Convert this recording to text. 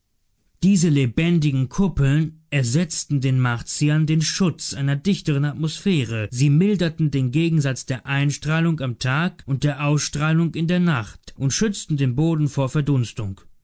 diese lebendigen kuppeln ersetzten den martiern den schutz einer dichteren atmosphäre sie milderten den gegensatz der einstrahlung am tag und der ausstrahlung in der nacht und schützten den boden vor